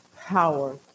power